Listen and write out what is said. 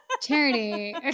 Charity